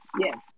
Yes